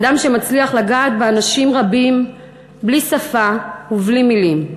אדם שמצליח לגעת באנשים רבים בלי שפה ובלי מילים,